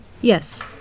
Yes